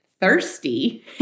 thirsty